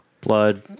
Blood